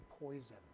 poison